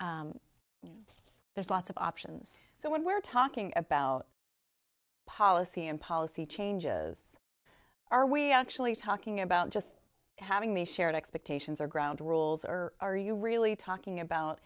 there's lots of options so when we're talking about policy and policy changes are we actually talking about just having these shared expectations or ground rules or are you really talking about